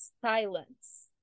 Silence